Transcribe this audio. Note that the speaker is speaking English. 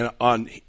on